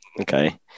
okay